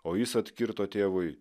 o jis atkirto tėvui